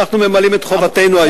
ואנחנו ממלאים את חובתנו היום.